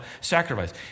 sacrifice